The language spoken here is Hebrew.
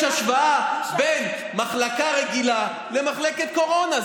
השוואה בין מחלקה רגילה למחלקת קורונה.